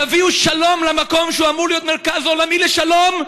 תביאו שלום למקום שאמור להיות מרכז עולמי לשלום,